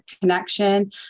connection